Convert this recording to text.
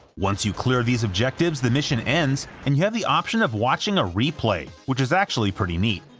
once you clear these objectives, the mission ends and you have the option of watching a replay, which is actually pretty neat.